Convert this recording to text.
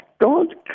God